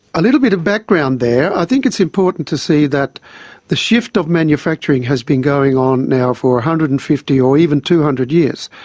a little bit of background there. i think it's important to see that the shift of manufacturing has been going on now for one hundred and fifty or even two hundred years.